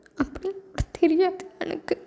அது கூட தெரியாது எனக்கு